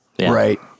right